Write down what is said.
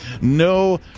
no